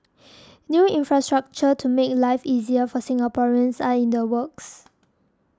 new infrastructure to make life easier for Singaporeans are in the works